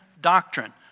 doctrine